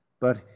But